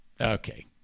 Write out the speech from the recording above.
okay